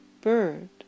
bird